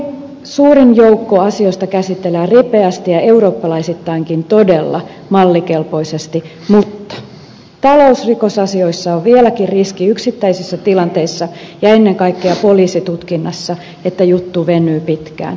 suurin joukko asioista käsitellään ripeästi ja eurooppalaisittainkin todella mallikelpoisesti mutta talousrikosasioissa on vieläkin riski yksittäisissä tilanteissa ja ennen kaikkea poliisitutkinnassa että juttu venyy pitkään